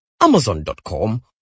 amazon.com